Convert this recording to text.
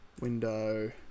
window